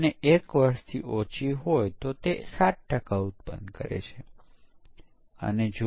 અહી ફક્ત 4 પ્રકારો છે stuck at 0 stuck at 1 open circuit short circuit